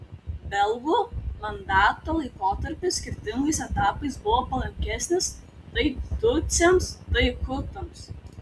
belgų mandato laikotarpis skirtingais etapais buvo palankesnis tai tutsiams tai hutams